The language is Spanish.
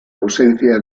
ausencia